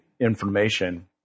information